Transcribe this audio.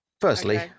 Firstly